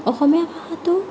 অসমীয়া ভাষাটো